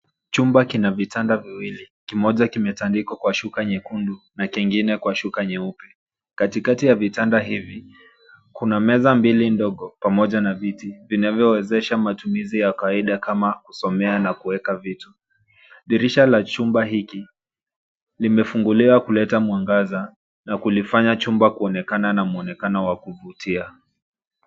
Chumba kina vitanda viwili kimoja kimetandikwa kwa shuka nyekundu na kingine kwa shuka nyeupe, katikati ya vitanda hivi kuna meza mbili ndogo pamoja na viti vinavyowezesha matumizi ya kawaida kama kusomea na kueka vitu . Dirisha la chumba hiki limefunguliwa kuleta mwangaza na kulifanya chumba kuonekana na mwonekano wa kuvutia.